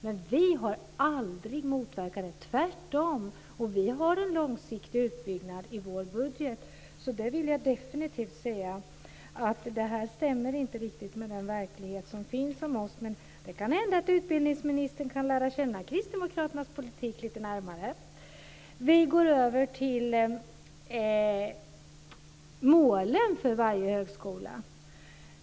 Men vi har aldrig motverkat det här, tvärtom. Vi har en långsiktig utbyggnad i vår budget. Därför vill jag definitivt säga att det här inte riktigt stämmer med den verklighet som finns. Men det kan hända att utbildningsministern kan lära känna kristdemokraternas politik lite närmare. Jag går över till målen för varje högskola.